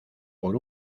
por